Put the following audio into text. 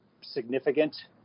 significant